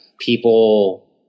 people